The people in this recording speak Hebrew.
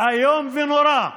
איום ונורא.